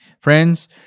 Friends